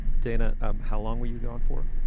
dana how long were you going for.